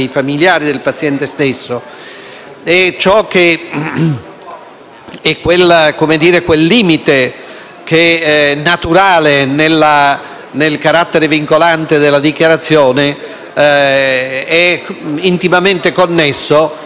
Il limite naturale nel carattere vincolante della dichiarazione è intimamente connesso alla scienza e soprattutto alla coscienza del medico.